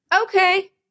Okay